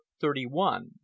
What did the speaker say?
Thirty-One